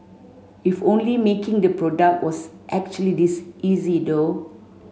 if only making the product was actually this easy though